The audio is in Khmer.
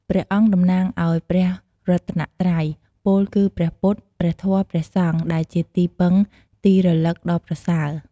ព្រះអង្គតំណាងឲ្យព្រះរតនត្រ័យ ពោលគឺ ព្រះពុទ្ធ ព្រះធម៌ ព្រះសង្ឃ ដែលជាទីពឹងទីរលឹកដ៏ប្រសើរ។